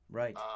right